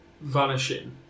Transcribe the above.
vanishing